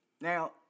Now